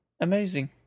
Amazing